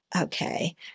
okay